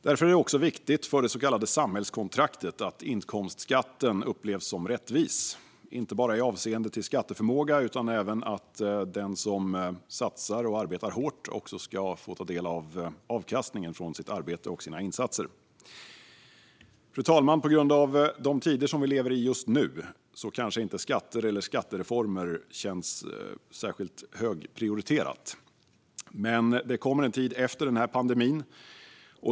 Därför är det viktigt för det så kallade samhällskontraktet att inkomstskatten upplevs som rättvis, inte bara avseende skatteförmåga utan även när det gäller att den som satsar och arbetar hårt ska få ta del av avkastningen från sitt arbete och sina insatser. Fru talman! I den tid som vi lever i just nu kanske inte skatter eller skattereformer känns särskilt högprioriterade, men det kommer en tid efter den här pandemin.